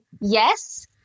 yes